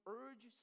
urge